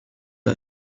are